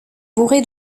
bourré